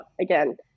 again